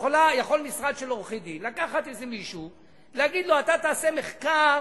יכול משרד של עורכי-דין לקחת מישהו ולהגיד לו: אתה תעשה מחקר